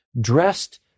dressed